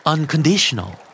Unconditional